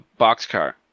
Boxcar